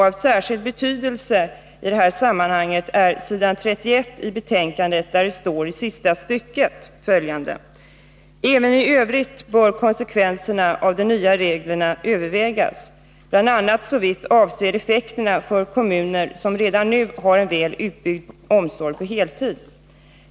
Av särskild betydelse i detta sammanhang är det uttalande som börjar i sista stycket på s. 31: ”Även i övrigt bör konsekvenserna av de nya reglerna övervägas, bl.a. såvitt avser effekterna för kommuner som redan nu har en väl utbyggd omsorg på heltid.